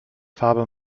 farbe